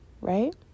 Right